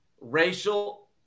racial